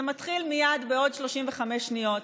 זה מתחיל מייד, בעוד 35 שניות.